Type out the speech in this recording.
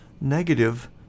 negative